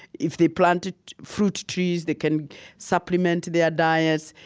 if they planted fruit trees, they can supplement their diets.